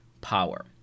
power